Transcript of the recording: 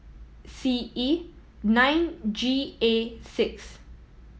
C E nine G A six